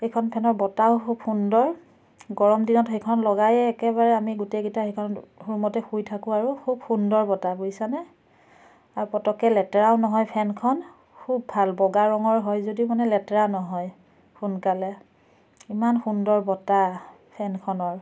এইখন ফেনৰ বতাহো খুব সুন্দৰ গৰম দিনত সেইখন লগাইয়ে একেবাৰে আমি গোটেইগিটা এইখন ৰূমতে শুই থাকোঁ আৰু খুব সুন্দৰ বতাহ বুজিছানে আৰু পতককৈ লেতেৰাও নহয় ফেনখন খুব ভাল বগা ৰঙৰ হয় যদিও মানে লেতেৰা নহয় সোনকালে ইমান সুন্দৰ বতাহ ফেনখনৰ